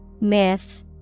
Myth